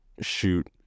shoot